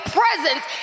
presence